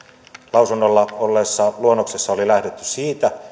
lausunnolla olleessa luonnoksessa oli lähdetty siitä